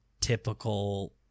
typical